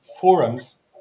forums